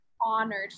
honored